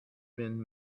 been